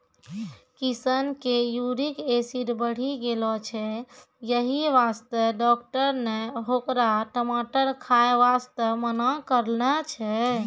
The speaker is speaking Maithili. किशन के यूरिक एसिड बढ़ी गेलो छै यही वास्तॅ डाक्टर नॅ होकरा टमाटर खाय वास्तॅ मना करनॅ छै